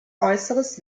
äußeres